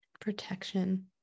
protection